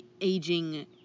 aging